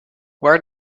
where